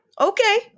Okay